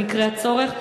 במקרה הצורך.